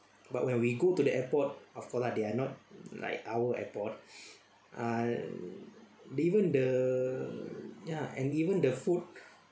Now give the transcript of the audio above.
but when we go to the airport of course lah they are not like our airport ah even the ya and even the food